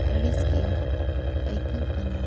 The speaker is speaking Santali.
ᱟᱹᱲᱤᱥ ᱜᱮ ᱟᱹᱭᱠᱟᱹᱜ ᱠᱟᱱᱟ